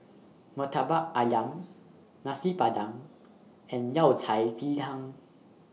Murtabak Ayam Nasi Padang and Yao Cai Ji Tang